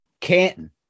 Canton